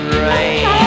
rain